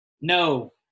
No